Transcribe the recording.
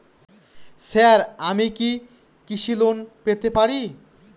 Sir আমি কি কৃষি লোন পেতে পারি?